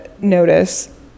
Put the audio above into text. notice